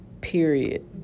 Period